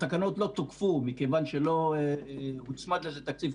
התקנות לא תוקפו מכיוון שלא הוצמד לזה תקציב,